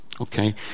okay